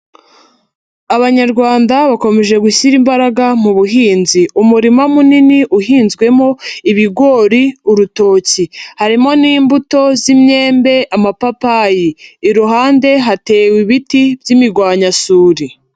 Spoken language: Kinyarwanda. Abanyarwanda bakomeje gushyira imbaraga mu buhinzi, umurima munini uhinzwemo ibigori urutoki, harimo n'imbuto z'imyembe, amapapayi, iruhande hatewe ibiti by'imirwanyasuri.